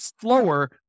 slower